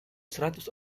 seratus